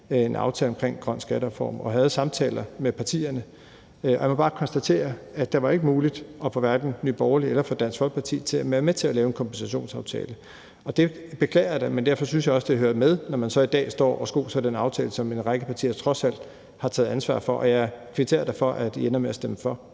en aftale om grøn skattereform og havde samtaler med partierne, og jeg måtte bare konstatere, at det ikke var muligt at få hverken Nye Borgerlige eller Dansk Folkeparti til at være med til at lave en kompensationsaftale. Det beklager jeg da, men jeg synes også, det hører med, når man så i dag står og skoser den aftale, som en række partier trods alt har taget ansvar for. Og jeg kvitterer da for, at I ender med at stemme for.